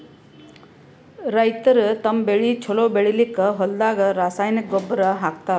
ರೈತರ್ ತಮ್ಮ್ ಬೆಳಿ ಛಲೋ ಬೆಳಿಲಿಕ್ಕ್ ಹೊಲ್ದಾಗ ರಾಸಾಯನಿಕ್ ಗೊಬ್ಬರ್ ಹಾಕ್ತಾರ್